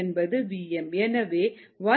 எனவே 11